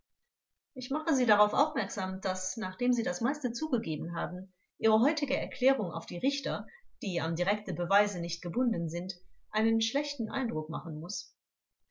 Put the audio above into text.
ich mache sie darauf aufmerksam daß nachdem sie das meiste zugegeben haben ihre heutige erklärung auf die richter die an direkte beweise nicht gebunden sind einen schlechten eindruck machen muß